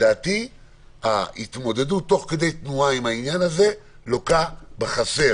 לדעתי ההתמודדות תוך כדי תנועה עם העניין הזה לוקה בחסר.